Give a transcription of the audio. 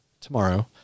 tomorrow